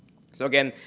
so again,